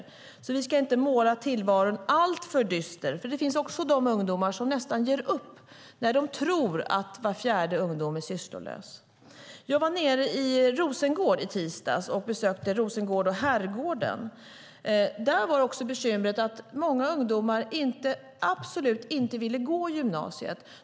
Vi ska alltså inte måla tillvaron i alltför dystra färger, för det finns också de ungdomar som nästan ger upp när de tror att var fjärde ungdom är sysslolös. Jag besökte Rosengård och Herrgården i tisdags. Där är bekymret också att många ungdomar absolut inte vill gå gymnasiet.